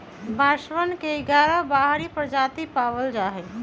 बांसवन के ग्यारह बाहरी प्रजाति पावल जाहई